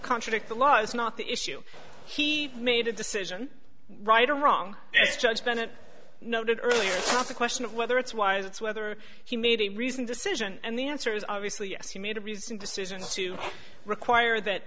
contradict the law is not the issue he made a decision right or wrong if judge bennett noted earlier the question of whether it's wise it's whether he made a reasoned decision and the answer is obviously yes he made a reasoned decision to require that